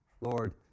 Lord